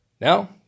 Now